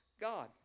God